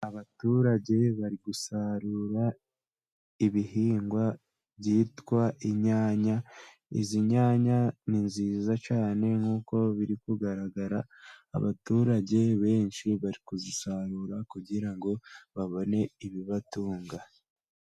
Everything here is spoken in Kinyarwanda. Abaturage bari gusarura ibihingwa byitwa inyanya izi nyanya ni nziza cyane nkuko biri kugaragara abaturage benshi bari kuzisarura kugira ngo babone ibibatunga.